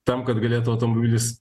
tam kad galėtų automobilis